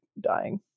dying